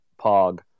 pog